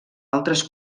altres